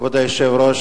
כבוד היושב-ראש,